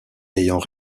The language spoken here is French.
ayant